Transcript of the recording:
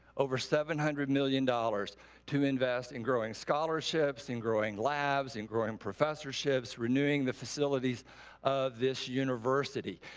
over seven hundred million dollars to invest in growing scholarships, in growing labs, in growing professorships, renewing the facilities of this university.